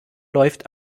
läuft